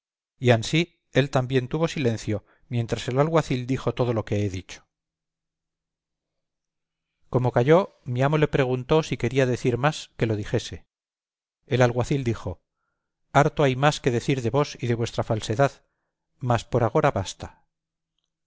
él también tuvo silencio mientras el alguacil dijo todo lo que he dicho como calló mi amo le preguntó si quería decir más que lo dijese el alguacil dijo harto hay más que decir de vos y de vuestra falsedad mas por agora basta